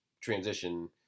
transition